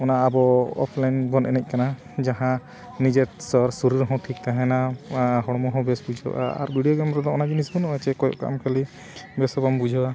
ᱚᱱᱟ ᱟᱵᱚ ᱚᱯᱷᱞᱟᱭᱤᱱ ᱵᱚᱱ ᱮᱱᱮᱡ ᱠᱟᱱᱟ ᱡᱟᱦᱟᱸ ᱱᱤᱡᱮᱨ ᱥᱚ ᱥᱚᱨᱤᱨ ᱦᱚᱸ ᱴᱷᱤᱠ ᱛᱟᱦᱮᱱᱟ ᱦᱚᱲᱢᱚ ᱦᱚᱸ ᱵᱮᱥ ᱵᱩᱡᱷᱟᱹᱜᱼᱟ ᱟᱨ ᱵᱷᱤᱰᱤᱭᱳ ᱜᱮᱢ ᱨᱮᱫᱚ ᱚᱱᱟ ᱡᱤᱱᱤᱥ ᱵᱟᱹᱱᱩᱜᱼᱟ ᱪᱮ ᱠᱚᱭᱚᱜ ᱠᱟᱜ ᱢᱮ ᱠᱷᱟᱹᱞᱤ ᱵᱮᱥ ᱦᱚᱸ ᱵᱟᱢ ᱵᱩᱡᱷᱟᱹᱣᱟ